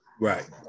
Right